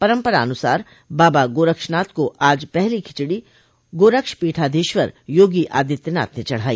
परम्परानुसार बाबा गोरक्षनाथ को आज पहली खिचड़ी गोरक्षपीठाधीश्वर योगी आदित्यनाथ ने चढ़ाई